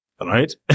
right